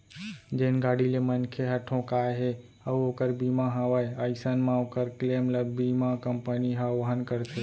जेन गाड़ी ले मनखे ह ठोंकाय हे अउ ओकर बीमा हवय अइसन म ओकर क्लेम ल बीमा कंपनी ह वहन करथे